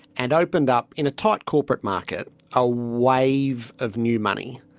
and opened up, in a tight corporate market, a wave of new money,